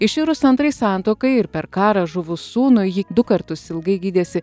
iširus antrai santuokai ir per karą žuvus sūnui ji du kartus ilgai gydėsi